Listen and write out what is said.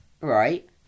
Right